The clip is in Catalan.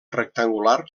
rectangular